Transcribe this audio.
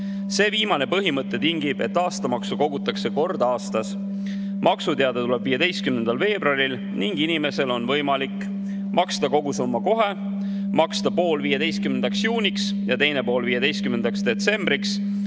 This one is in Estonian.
See viimane põhimõte tingib selle, et aastamaksu kogutakse kord aastas. Maksuteade tuleb 15. veebruaril ning inimesel on võimalik maksta kogu summa kohe, maksta pool 15. juuniks ja teine pool 15. detsembriks